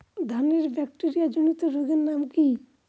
ধানের ব্যাকটেরিয়া জনিত রোগের নাম কি?